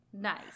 Nice